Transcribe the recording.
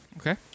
Okay